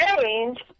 change